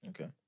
Okay